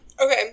Okay